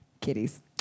Kitties